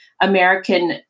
American